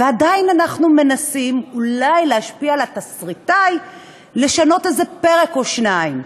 ועדיין אנחנו מנסים אולי להשפיע על התסריטאי לשנות איזה פרק או שניים,